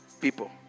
people